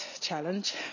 challenge